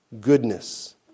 goodness